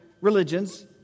religions